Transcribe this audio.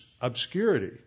obscurity